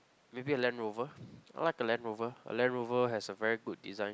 maybe a Land Rover I like a Land Rover a Land Rover has a very good design